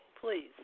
Please